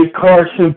Carson